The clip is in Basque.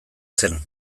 zen